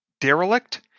derelict